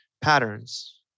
patterns